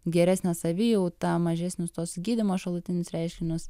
geresnę savijautą mažesnius tuos gydymo šalutinius reiškinius